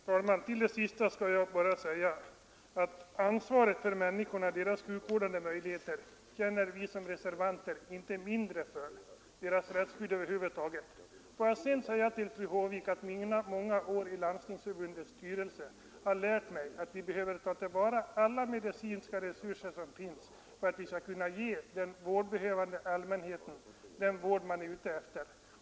Herr talman! Till det senaste skall jag bara säga att ansvaret för människornas sjukvård och deras rättsskydd i samband därmed känner vi reservanter inte mindre för. Mina många år i Landstingsförbundets styrelse har lärt mig att vi behöver ta till vara alla de medicinska resurser som finns för att kunna ge allmänheten den vård man behöver.